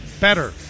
better